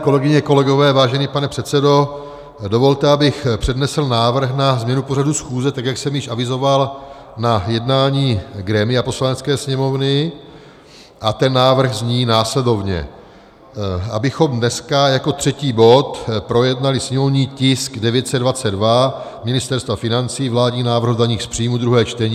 Kolegyně a kolegové, vážený pane předsedo, dovolte abych přednesl návrh na změnu pořadu schůze, tak jak jsem již avizoval na jednání grémia Poslanecké sněmovny, a ten návrh zní následovně: abychom dneska jako třetí bod projednali sněmovní tisk 922 Ministerstva financí, vládní návrh o daních z příjmů, druhé čtení.